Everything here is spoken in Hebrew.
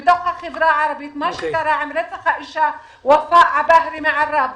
בתוך החברה הערבית מה שקרה עם רצח האישה ופאא' עבאהרה מעראבה,